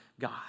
God